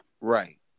Right